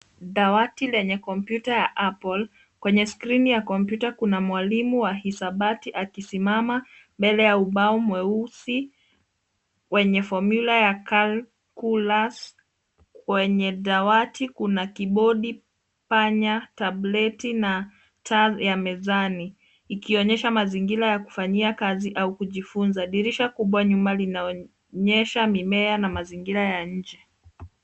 Dawati yenye kompyuta ya apple . Kwenye skrini ya kompyuta kuna mwalimu wa hisabati akisimama mbele ya ubao mweusi wenye fomyula ya calculus . Kwenye dawati kuna kibodi, panya, tableti na taa ya mezani ikionyesha mazingira ya kufanyia kazi au kujifunza. Dirisha kubwa nyuma linaonyesha mimea na mazingira ya nje.